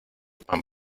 pan